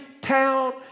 town